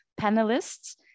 panelists